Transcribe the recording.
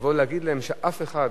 לבוא להגיד להם שאף אחד,